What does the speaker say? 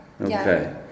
Okay